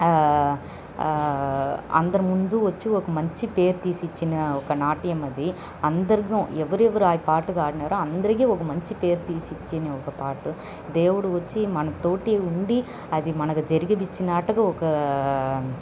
అందరి ముందు వచ్చి ఒక మంచి పేరు తీసిచ్చిన ఒక నాట్యం అది అందరిగా ఎవరి ఎవరి పాటకు ఆడినారో అందరికి ఒక మంచి పేరు తీసిచ్చిన ఒక పాట దేవుడు వచ్చి మనతో ఉండి అది మనకి జరిపిచ్చినా ఒక